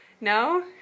No